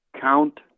count